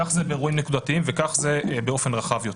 כך זה באירועים נקודתיים וכך זה באופן רחב יותר.